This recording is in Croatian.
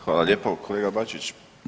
Hvala lijepo kolega Bačić.